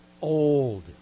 old